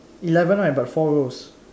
eleven right but four rows